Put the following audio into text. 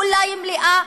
אולי מלאה,